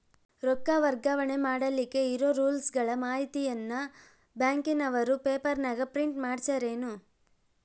ರೊಕ್ಕ ವರ್ಗಾವಣೆ ಮಾಡಿಲಿಕ್ಕೆ ಇರೋ ರೂಲ್ಸುಗಳ ಮಾಹಿತಿಯನ್ನ ಬ್ಯಾಂಕಿನವರು ಪೇಪರನಾಗ ಪ್ರಿಂಟ್ ಮಾಡಿಸ್ಯಾರೇನು?